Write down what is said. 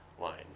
line